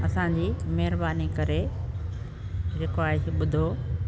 असांजी महिरबानी करे जेको आहे सो ॿुधो